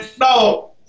no